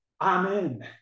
amen